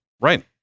right